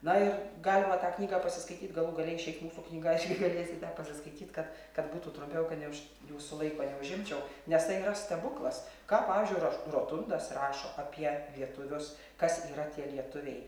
na ir galima tą knygą pasiskaityt galų gale išeik mūsų knyga ir galėsit ją pasiskaityt kad kad būtų trumpiau kad neuž jūsų laiko neužimčiau nes tai yra stebuklas ką pavyzdžiui roš rotundas rašo apie lietuvius kas yra tie lietuviai